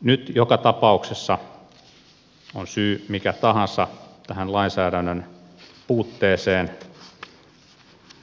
nyt joka tapauksessa on syy mikä tahansa tähän lainsäädännön puutteeseen